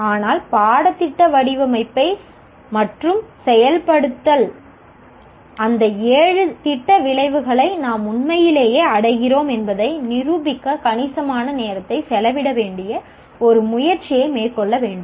ஆனால் பாடத்திட்ட வடிவமைப்பு மற்றும் செயல்படுத்தல் அந்த ஏழு திட்ட விளைவுகளை நாம் உண்மையிலேயே அடைகிறோம் என்பதை நிரூபிக்க கணிசமான நேரத்தை செலவிட வேண்டிய ஒரு முயற்சியை மேற்கொள்ள வேண்டும்